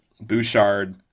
Bouchard